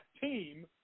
team